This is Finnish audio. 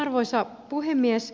arvoisa puhemies